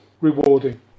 rewarding